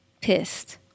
pissed